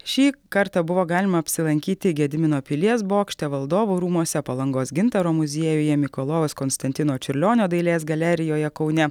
šį kartą buvo galima apsilankyti gedimino pilies bokšte valdovų rūmuose palangos gintaro muziejuje mikalojaus konstantino čiurlionio dailės galerijoje kaune